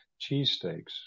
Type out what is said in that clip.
cheesesteaks